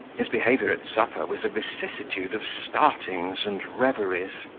his behaviour at supper was a vicissitude of startings and reveries.